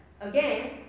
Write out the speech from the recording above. again